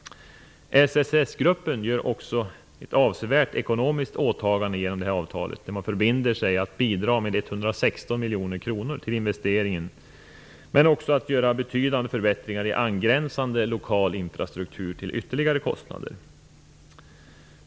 SSS-gruppen gör här också ett avsevärt ekonomiskt åtagande genom att förbinda sig att bidra med 116 miljoner kronor till investeringarna men också att göra betydande förbättringar i angränsande lokal infrastruktur.